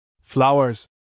Flowers